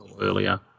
earlier